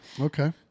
Okay